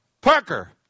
Parker